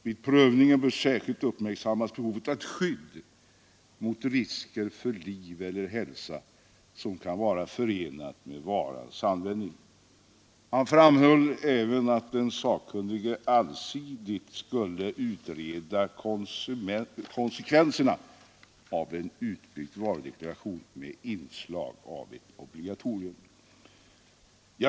Vid prövningen bör särskilt uppmärksammas behovet av skydd mot risker för liv och hälsa som kan vara förenade med varans användning.” Handelsministern framhöll även att den sakkunnige allsidigt skulle utreda konsekvenserna av en utbyggd varudeklaration med inslag av ett obligatorium.